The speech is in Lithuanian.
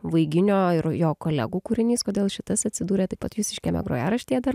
vaiginio ir jo kolegų kūrinys kodėl šitas atsidūrė taip pat jūsiškiame grojaraštyje dar